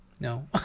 No